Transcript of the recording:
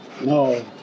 no